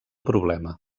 problema